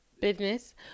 business